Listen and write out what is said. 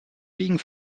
being